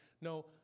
No